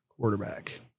quarterback